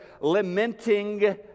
lamenting